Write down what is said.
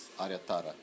Aryatara